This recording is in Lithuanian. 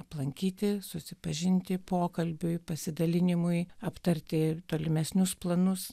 aplankyti susipažinti pokalbiui pasidalinimui aptarti tolimesnius planus